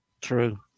True